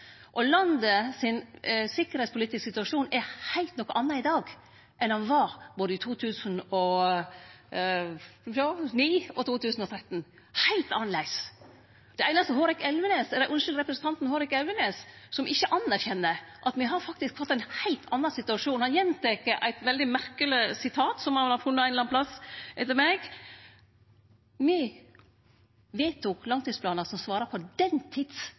landet til ei kvar tid har. Landet sin sikkerheitspolitiske situasjon er noko heilt anna i dag enn han var både i 2009 og 2013 – heilt annleis. Den einaste som ikkje anerkjenner at me faktisk har fått ein heilt annan situasjon, er representanten Hårek Elvenes. Han gjentek eit veldig merkeleg sitat, som han har funne ein eller annan plass, av meg. Me vedtok langtidsplanar som svarar på den tids